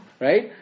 right